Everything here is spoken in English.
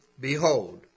behold